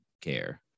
care